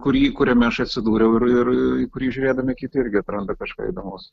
kurį kuriame aš atsidūriau ir ir į kurį žiūrėdami kiti irgi atranda kažką įdomaus